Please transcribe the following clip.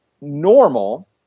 normal